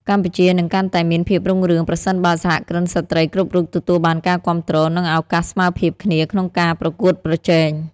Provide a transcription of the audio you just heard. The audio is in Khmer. កម្ពុជានឹងកាន់តែមានភាពរុងរឿង ប្រសិនបើសហគ្រិនស្ត្រីគ្រប់រូបទទួលបានការគាំទ្រ និងឱកាសស្មើភាពគ្នាក្នុងការប្រកួតប្រជែង។